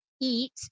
eat